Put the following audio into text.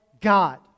God